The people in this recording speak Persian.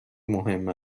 مهم